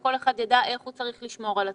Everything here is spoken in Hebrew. שכל אחד יידע איך הוא צריך לשמור על עצמו,